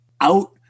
out